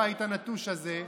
הבית הנטוש הזה,